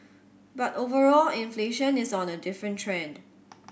but overall inflation is on a different trend